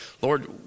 Lord